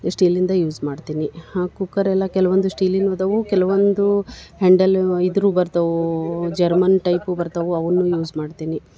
ಸ್ಟೀಲಿಂದೇ use ಮಾಡ್ತೀನಿ ಹಾಂ cooker ಎಲ್ಲ ಕೆಲವೊಂದು ಸ್ಟೀಲಿನವು ಅದಾವು ಕೆಲವೊಂದು ಹೆಂಡಲ್ ಇದ್ರೂ ಬರ್ತವೆ ಜರ್ಮನ್ ಟೈಪು ಬರ್ತವೆ ಅವೂ ಯೂಸ್ ಮಾಡ್ತೀನಿ